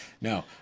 No